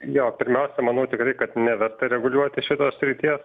jo pirmiausia manau tikrai kad neverta reguliuoti šitos srities